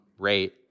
Rate